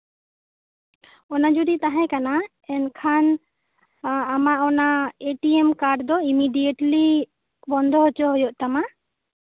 ᱚᱱᱟ ᱡᱚᱫᱤ ᱛᱟᱦᱮᱸ ᱠᱟᱱᱟ ᱮᱱᱠᱷᱟᱱ ᱟᱢᱟᱜ ᱚᱱᱟ ᱮ ᱴᱤ ᱮᱢ ᱠᱟᱨᱰ ᱫᱚ ᱮᱢᱤᱰᱤᱭᱮᱴᱞᱤ ᱵᱚᱱᱫᱚ ᱦᱚᱪᱚ ᱦᱩᱭᱩᱜ ᱛᱟᱢᱟ